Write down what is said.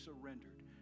surrendered